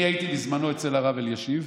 אני הייתי בזמנו אצל הרב אלישיב,